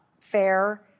fair